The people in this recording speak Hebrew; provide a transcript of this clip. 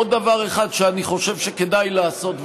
עוד דבר אחד שאני חושב שכדאי לעשות,